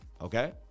Okay